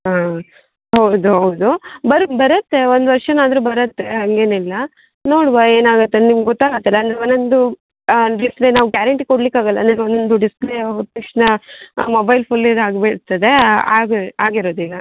ಹಾಂ ಹೌದು ಹೌದು ಬರು ಬರುತ್ತೆ ಒಂದು ವರ್ಷನಾದ್ರು ಬರುತ್ತೆ ಹಂಗೇನಿಲ್ಲ ನೋಡುವ ಏನಾಗುತ್ತೆ ನಿಮ್ಗೆ ಗೊತ್ತಾಗುತ್ತಲ್ಲ ಒಂದೊಂದು ಹಾಂ ಡಿಸ್ಪ್ಲೇ ನಾವು ಗ್ಯಾರಂಟಿ ಕೊಡ್ಲಿಕ್ಕೆ ಆಗೋಲ್ಲ ಅಂದರೆ ಒಂದು ಡಿಸ್ಪ್ಲೇ ಹೋದ ತಕ್ಷಣ ಮೊಬೈಲ್ ಫುಲ್ ಇದು ಆಗ್ಬಿಡುತ್ತದೆ ಆಗಿರೋದಿಲ್ಲ